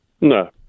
No